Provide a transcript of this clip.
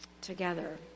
Together